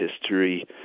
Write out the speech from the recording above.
history